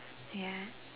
ya